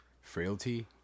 frailty